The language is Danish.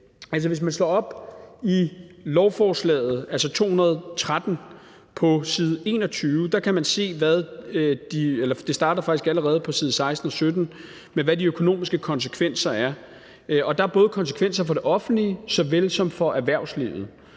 se – det starter faktisk allerede på side 16 og17 – hvad de økonomiske konsekvenser er. Og der er både konsekvenser for det offentlige såvel som for erhvervslivet.